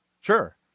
sure